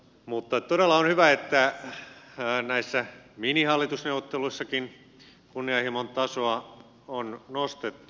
mutta todella on hyvä että näissä minihallitusneuvotteluissakin kunnianhimon tasoa on nostettu